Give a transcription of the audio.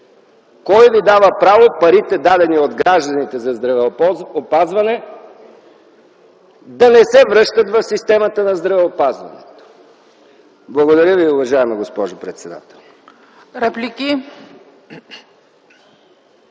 кой Ви дава право парите, дадени от гражданите за здравеопазване, да не се връщат в системата на здравеопазването?! Благодаря Ви, уважаема госпожо председател.